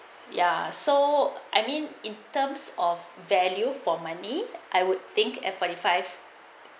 ya so I mean in terms of value for money I would think at forty five